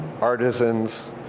artisans